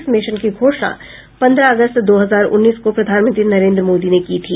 इस मिशन की घोषणा पन्द्रह अगस्त दो हजार उन्नीस को प्रधानमंत्री नरेंद्र मोदी ने की थी